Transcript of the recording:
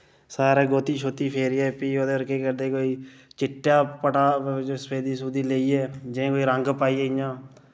सारै गोह्ती शोह्ती फेरियै फ्ही उ'दे पर केह् करदे कोई चिट्टा पट्टा सफेदी सफूदी लेइयै जि'यां कोई रंग पाइयै इ'यां